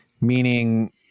meaning